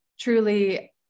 truly